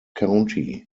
county